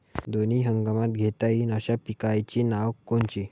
दोनी हंगामात घेता येईन अशा पिकाइची नावं कोनची?